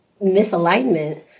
misalignment